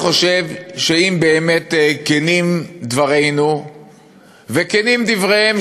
אני חושב שאם באמת כנים דברינו וכנים דבריהם